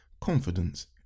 confidence